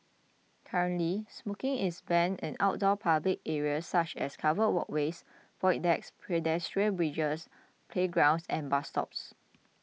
currently smoking is banned in outdoor public areas such as covered walkways void decks pedestrian bridges playgrounds and bus stops